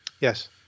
Yes